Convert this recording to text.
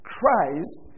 Christ